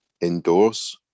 indoors